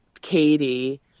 Katie